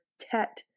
tet